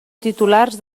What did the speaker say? titulars